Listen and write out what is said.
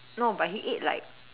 no but he ate like